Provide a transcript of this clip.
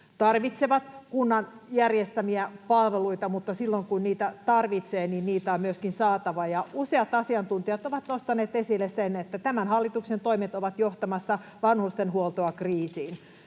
tarvitsevat kunnan järjestämiä palveluita, mutta silloin kun niitä tarvitsee, niin niitä on myöskin saatava. Useat asiantuntijat ovat nostaneet esille sen, että tämän hallituksen toimet ovat johtamassa vanhustenhuoltoa kriisiin.